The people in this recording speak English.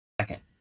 second